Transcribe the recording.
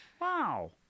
Wow